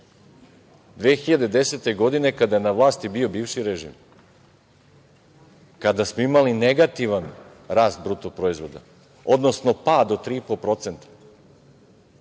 2010. godine, kada je na vlasti bio bivši režim, kada smo imali negativan rast bruto proizvoda, odnosno pad od 3,5%.